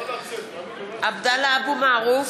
(קוראת בשמות חברי הכנסת) עבדאללה אבו מערוף,